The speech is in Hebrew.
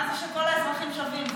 מה זה שכל האזרחים שווים.